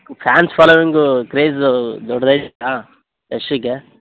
fans ಫಾಲೋವಿಂಗೂ craze ದೊಡ್ದು ಆಗಿದ್ದರಿಂದ ಯಶ್ಶಿಗೆ